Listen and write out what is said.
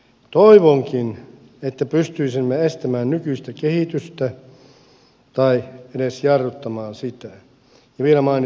toivonkin että pystyisimme estämään nykyistä kehitystä tai edes jarruttamaan sitä ja vielä mainitsen tässä